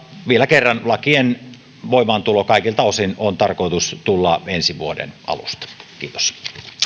vielä kerran lakien voimaantulon on tarkoitus olla kaikilta osin ensi vuoden alussa kiitos